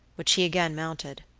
which he again mounted.